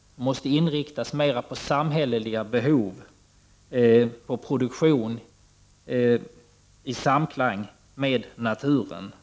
1989/90:45 samhälleliga behov och produktion i samklang med vad naturen kräver.